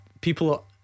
People